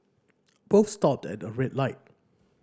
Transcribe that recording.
both stopped at a red light